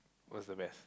was the best